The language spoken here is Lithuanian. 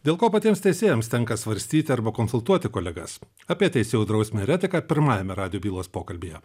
dėl ko patiems teisėjams tenka svarstyti arba konsultuoti kolegas apie teisėjų drausmę ir etiką pirmajame radijo bylos pokalbyje